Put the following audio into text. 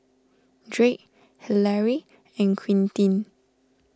Drake Hilary and Quintin